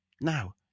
Now